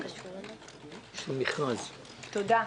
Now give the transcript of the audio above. תודה.